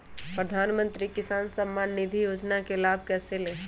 प्रधानमंत्री किसान समान निधि योजना का लाभ कैसे ले?